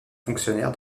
fonctionnaire